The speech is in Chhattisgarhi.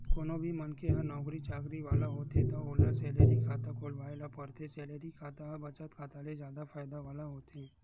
कोनो भी मनखे ह नउकरी चाकरी वाला होथे त ओला सेलरी खाता खोलवाए ल परथे, सेलरी खाता ह बचत खाता ले जादा फायदा वाला होथे